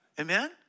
Amen